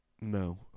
no